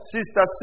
Sister